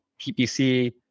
PPC